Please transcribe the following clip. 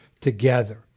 together